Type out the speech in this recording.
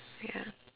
ya